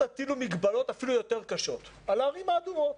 תטילו מגבלות אפילו יותר קשות על הערים האדומות,